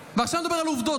ועכשיו אני מדבר על עובדות,